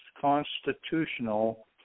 constitutional